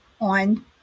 on